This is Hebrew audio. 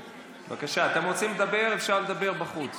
בבקשה, אתם רוצים לדבר, אפשר לדבר בחוץ.